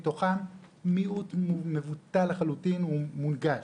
מיעוט מבוטל לחלוטין הוא מונגש.